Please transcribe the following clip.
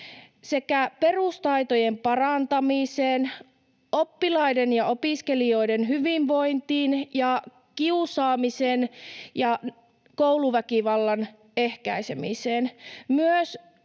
ja perustaitojen parantamiseen, oppilaiden ja opiskelijoiden hyvinvointiin sekä kiusaamisen ja kouluväkivallan ehkäisemiseen.